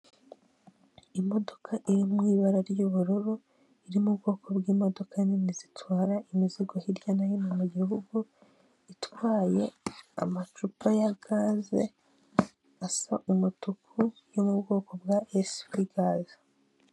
Imodoka iri mu ibara ry'ubururu, iri mu ubwoko bwi'modoka nini zitwara imizigo hirya no hino mu gihugu itwaye amacupa ya gaze asa umutuku yo mu bwoko bwa esipi (s p )gaze.